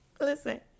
Listen